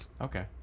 Okay